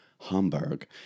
Hamburg